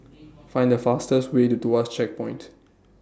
Find The fastest Way to Tuas Checkpoint